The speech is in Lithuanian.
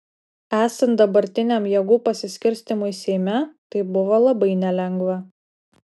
esant dabartiniam jėgų pasiskirstymui seime tai buvo labai nelengva